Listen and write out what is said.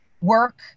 work